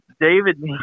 David